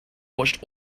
watched